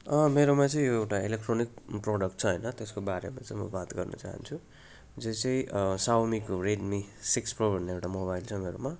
मेरोमा चाहिँ यो एउटा इलेक्ट्रोनिक प्रडक्ट छ होइन त्यसको बारेमा चाहिँ म बात गर्न चाहन्छु जो चाहिँ सावमीको रेडमी सिक्स प्रो भन्ने एउटा मोबाइल मेरोमा